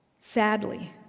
Sadly